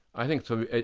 i think so.